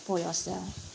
for yourself